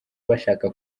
bashaka